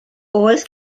oes